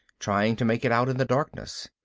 trying to make it out in the darkness.